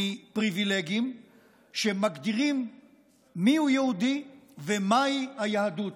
מפריבילגים שמגדירים מי הוא יהודי ומהי היהדות.